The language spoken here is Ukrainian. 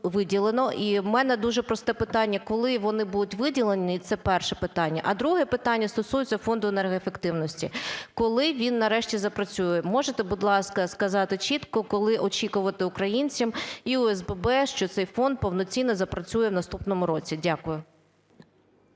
І в мене дуже просте питання: коли вони будуть виділені? Це перше витання. А друге питання стосується фонду енергоефективності. Коли він нарешті запрацює, можете, будь ласка, сказати чітко, коли очікувати українцям і ОСББ, що цей фонд повноцінно запрацює в наступному році? Дякую.